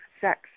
sex